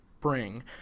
bring